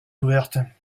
ouvertes